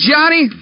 Johnny